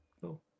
Cool